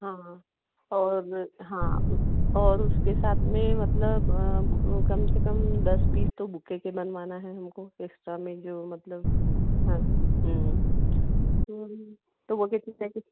हाँ और हाँ और उसके साथ में मतलब कम से कम दस पीस तो बुके के बनवाना है हमको एक्स्ट्रा में जो मतलब हाँ तो